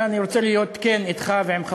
ואני רוצה להיות כן אתך ועם חברי,